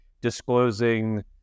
disclosing